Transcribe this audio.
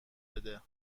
بده